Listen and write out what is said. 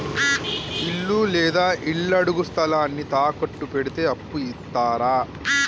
ఇల్లు లేదా ఇళ్లడుగు స్థలాన్ని తాకట్టు పెడితే అప్పు ఇత్తరా?